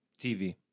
TV